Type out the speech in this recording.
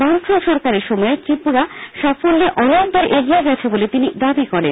বামফ্রন্ট সরকারের সময়ে ত্রিপুরা সাফল্যে অনেক দূর এগিয়ে গেছে বলে তিনি দাবি করেন